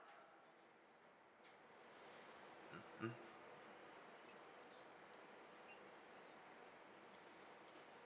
mm